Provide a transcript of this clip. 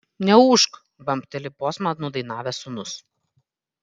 neūžk bambteli posmą nudainavęs sūnus